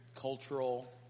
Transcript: cultural